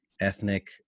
ethnic